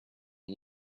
and